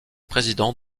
président